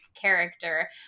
character